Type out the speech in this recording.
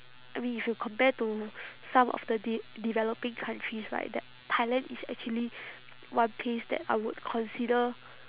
I mean if you compare to some of the de~ developing countries right that thailand is actually one place that I would consider